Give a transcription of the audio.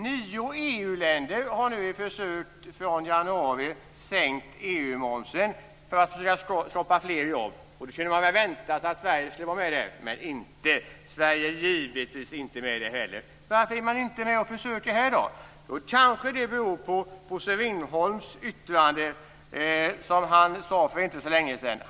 Nio EU-länder har nu i ett försök från januari sänkt EU-momsen för att skapa fler jobb. Man skulle ha väntat att Sverige skulle vara med i det. Men inte, Sverige är givetvis med där heller. Varför är man inte med och försöker? Kanske det beror på Bosse Ringholms yttrande för inte så länge sedan.